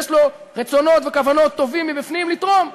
יש לו רצונות וכוונות טובים מבפנים לתרום,